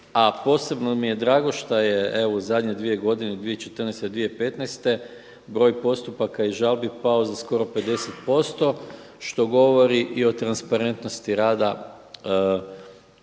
A posebno mi je drago evo što je u zadnje dvije godine 2014., 2015. broj postupaka i žalbi pao za skoro 50% što govori i o transparentnosti rada u tom